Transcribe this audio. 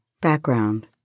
Background